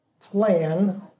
plan